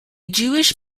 jewish